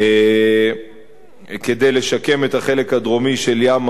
כדי לשקם את החלק הדרומי של ים-המלח.